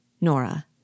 Nora